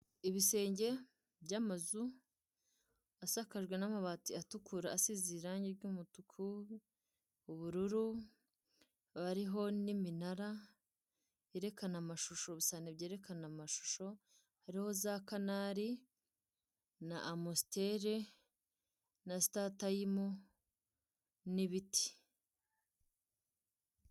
Ibisenge by'amazu asakajwe n'amabati atukura asize irangi ry'umutuku, ubururu, hariho n'iminara yerekana amashusho, bisa n'ibyerekana amashusho, hariho za kanari na Amstel na StarTime n'ibiti.